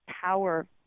power